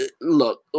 Look